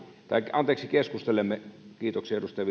anteeksi keskustelemme kiitoksia edustaja